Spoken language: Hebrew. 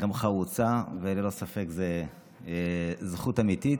גם חרוצה, וללא ספק זו זכות אמיתית.